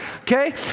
Okay